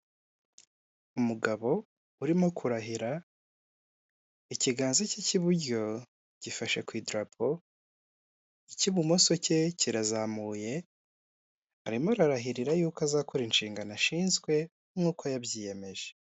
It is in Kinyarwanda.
Umugabo urimo kurahira ikiganza cye cy'iburyo gifashe ku idatapo, icy'ibumoso ke kirazamuye arimo ararahirira yuko azakora inshingano ashinzwe nk'uko yabyiyemeje.